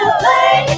play